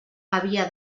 havia